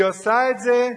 היא עושה את זה,